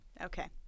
okay